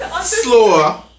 slower